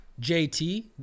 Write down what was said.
JT